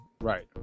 Right